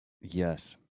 Yes